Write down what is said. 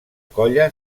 colla